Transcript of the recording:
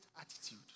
attitude